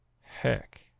heck